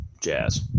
Jazz